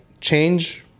change